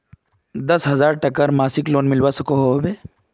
दस हजार टकार मासिक लोन मिलवा सकोहो होबे?